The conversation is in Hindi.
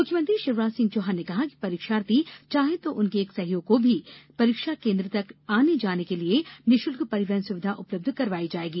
मुख्यमंत्री शिवराज सिंह चौहान ने कहा है कि परीक्षार्थी चाहे तो उसके एक सहयोगी को भी परीक्षा केंद्र तक आने जाने के लिए निःशुल्क परिवहन सुविधा उपलब्ध करवाई जाएगी